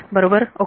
बरोबर ओके